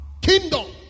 kingdom